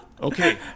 okay